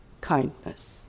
kindness